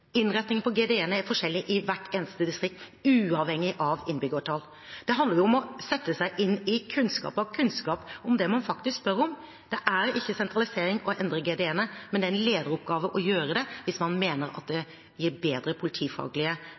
på GDE-ene er forskjellig i hvert eneste distrikt, uavhengig av innbyggertall. Det handler om å sette seg inn i og ha kunnskap om det man faktisk spør om. Det er ikke sentralisering å endre GDE-ene, men det er en lederoppgave å gjøre det hvis man mener at det gir bedre politifaglige